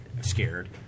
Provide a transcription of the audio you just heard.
scared